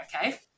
okay